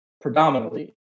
predominantly